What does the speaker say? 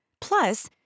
Plus